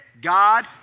God